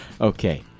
Okay